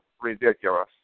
ridiculous